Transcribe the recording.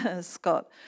Scott